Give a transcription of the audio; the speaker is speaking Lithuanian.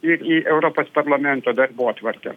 ir į europos parlamento darbotvarkę